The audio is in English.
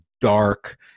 dark